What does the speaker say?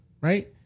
right